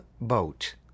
boat